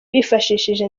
bifashishije